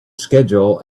schedule